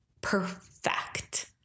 perfect